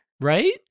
Right